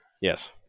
Yes